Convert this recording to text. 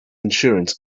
insurance